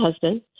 husband